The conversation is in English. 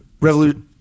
Revolution